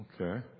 Okay